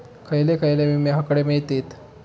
खयले खयले विमे हकडे मिळतीत?